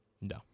No